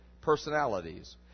personalities